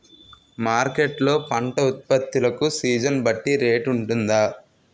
Market లొ పంట ఉత్పత్తి లకు సీజన్ బట్టి రేట్ వుంటుందా?